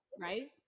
Right